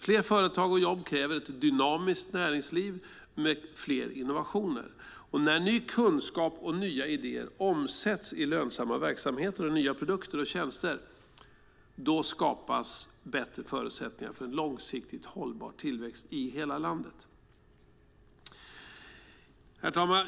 Fler företag och jobb kräver ett dynamiskt näringsliv med fler innovationer, och när ny kunskap och nya idéer omsätts i lönsamma verksamheter och nya produkter och tjänster skapas bättre förutsättningar för en långsiktigt hållbar tillväxt i hela landet. Herr talman!